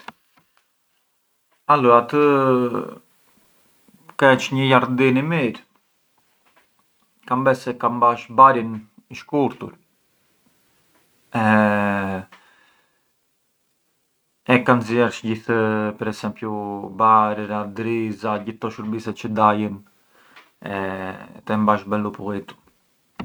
Alura të keç një jardhin i mirë, kam bes se ka mbash barin i shkurtur e ka nxiersh gjithë per esempiu barëra, driza gjithë ato shurbise çë dajën e ka e mbash belu pulitu.